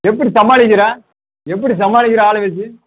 எப்படி சமாளிக்கிறே எப்படி சமாளிக்கிறே ஆளை வச்சு